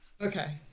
okay